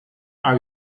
are